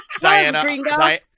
Diana